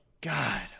God